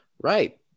right